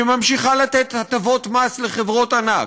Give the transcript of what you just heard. שממשיכה לתת הטבות מס לחברות ענק,